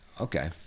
Okay